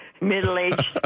Middle-aged